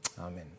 amen